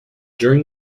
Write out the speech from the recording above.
during